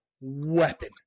weapon